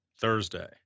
Thursday